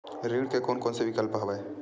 ऋण के कोन कोन से विकल्प हवय?